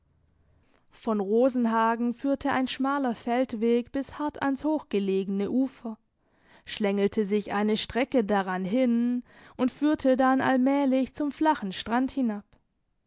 von rosenhagen führte ein schmaler feldweg bis hart ans hochgelegene ufer schlängelte sich eine strecke daran hin und führte dann allmählich zum flachen strand hinab